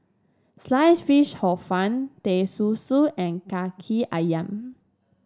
Sliced Fish Hor Fun Teh Susu and kaki ayam